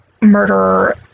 murderer